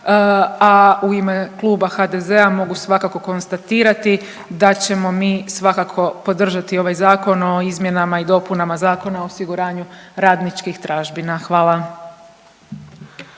a u ime Kluba HDZ-a mogu svakako konstatirati da ćemo mi svakako podržati ovaj Zakon o izmjenama i dopunama Zakona o osiguranju radničkih tražbina. Hvala.